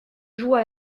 joue